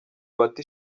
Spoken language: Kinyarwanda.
bata